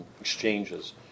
exchanges